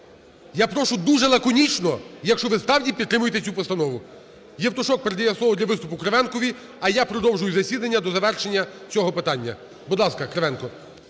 я прошу дуже лаконічно, якщо ви справді підтримуєте цю постанову. Євтушок передає слово для виступу Кривенкові, а я продовжую засідання до завершення цього питання. Будь ласка, Кривенко.